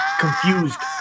Confused